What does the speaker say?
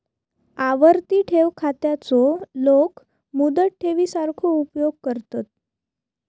आवर्ती ठेव खात्याचो लोक मुदत ठेवी सारखो उपयोग करतत